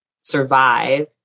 survive